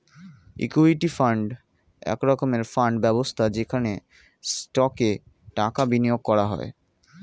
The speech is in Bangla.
ইক্যুইটি ফান্ড এক রকমের ফান্ড ব্যবস্থা যেখানে স্টকে টাকা বিনিয়োগ করা হয়